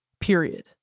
Period